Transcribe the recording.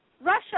Russia